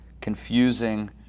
confusing